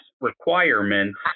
requirements